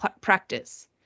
practice